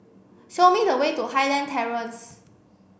show me the way to Highland Terrace